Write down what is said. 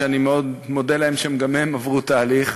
שאני מאוד מודה להם על זה שגם הם עברו תהליך,